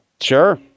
Sure